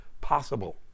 possible